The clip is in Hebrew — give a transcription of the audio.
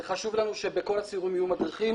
וחשוב לנו שבכל הסיורים יהיו מדריכים.